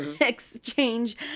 exchange